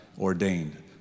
ordained